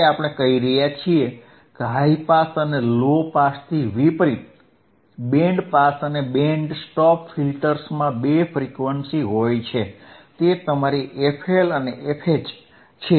તે આપણે કહી રહ્યા છીએ કે હાઇ પાસ અને લો પાસથી વિપરીત બેન્ડ પાસ અને બેન્ડ સ્ટોપ ફિલ્ટર્સમાં બે ફ્રીક્વન્સી હોય છે તે તમારી FL અને FH છે